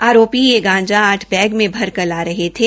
आरोपी यह गांजा आठ बैग में भरकर ला रहे थे